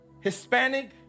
Hispanic